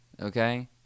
okay